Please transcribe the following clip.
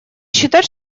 считать